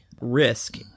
risk